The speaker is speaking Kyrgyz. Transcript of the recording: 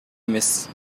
эмес